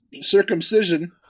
Circumcision